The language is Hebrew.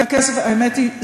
האמת היא,